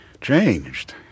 changed